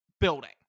building